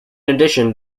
addition